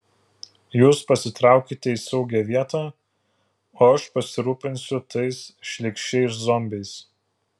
jūs pasitraukite į saugią vietą o aš pasirūpinsiu tais šlykščiais zombiais